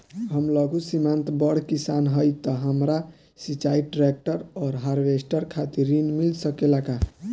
हम लघु सीमांत बड़ किसान हईं त हमरा सिंचाई ट्रेक्टर और हार्वेस्टर खातिर ऋण मिल सकेला का?